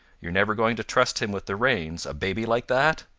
you're never going to trust him with the reins a baby like that?